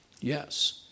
yes